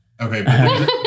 Okay